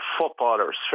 footballers